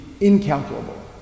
incalculable